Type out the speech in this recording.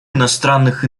иностранных